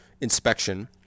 inspection